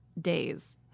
days